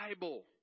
bible